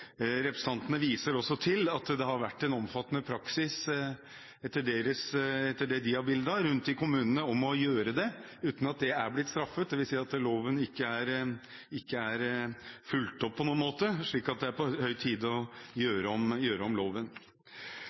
Representantene viser også til at det har vært en omfattende praksis – etter det de har bilde av – rundt om i kommunene å gjøre dette, uten at det har blitt straffet. Det vil si at loven ikke på noen måte er fulgt opp, så det er på høy tid å gjøre om loven.